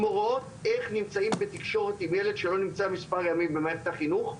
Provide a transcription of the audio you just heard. עם הוראות איך נמצאים בתקשורת עם ילד שלא נמצא מספר ימים במערכת החינוך,